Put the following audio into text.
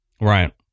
Right